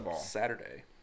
Saturday